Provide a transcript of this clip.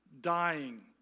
dying